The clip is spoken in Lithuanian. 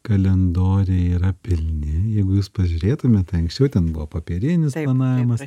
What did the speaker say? kalendoriai yra pilni jeigu jūs pažiūrėtumėt tai anksčiau ten buvo popierinis planavimas